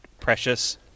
precious